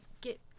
get